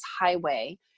highway